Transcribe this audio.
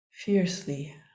fiercely